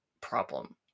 problem